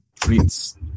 treats